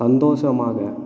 சந்தோஷமாக